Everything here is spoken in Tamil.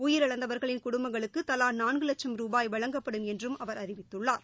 உயிரிழந்தவர்களின் குடும்பங்களுக்குதலாநான்குவட்சும் ரூபாய் வழங்கப்படும் என்றுஅவர் அறிவித்துள்ளார்